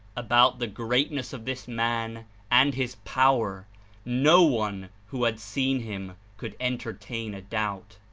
about the greatness of this man and his power no one who had seen him could entertain a doubt.